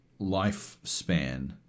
lifespan